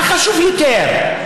מה חשוב יותר?